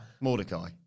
Mordecai